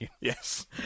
Yes